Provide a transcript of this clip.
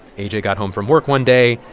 a j. got home from work one day,